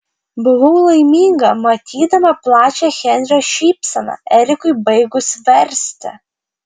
buvau laiminga matydama plačią henrio šypseną erikui baigus versti